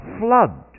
flood